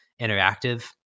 interactive